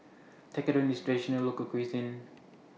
Tekkadon IS Traditional Local Cuisine